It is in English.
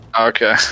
Okay